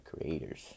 creators